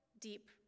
deep